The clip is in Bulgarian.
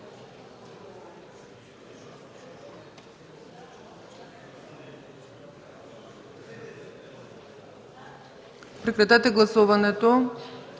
Прекратете гласуването.